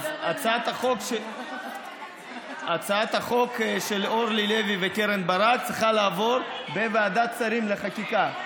הצעת החוק של אורלי לוי וקרן ברק צריכה לעבור בוועדת השרים לחקיקה.